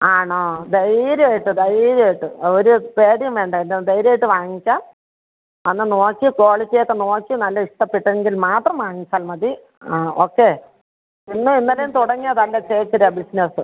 ആണോ ധൈര്യമായിട്ട് ധൈര്യമായിട്ട് ഒരു പേടിയും വേണ്ട എല്ലാം ധൈര്യമായിട്ട് വാങ്ങിക്കാം ഒന്ന് നോക്കി ക്വാളിറ്റി ഒക്കെ നോക്കി നല്ല ഇഷ്ടപ്പെട്ടെങ്കിൽ മാത്രം വാങ്ങിച്ചാൽ മതി ആ ഓക്കെ ഇന്നും ഇന്നലെയും തുടങ്ങിയതല്ല ചേച്ചിയുടെ ബിസിനസ്